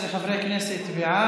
חבר הכנסת מלכיאלי,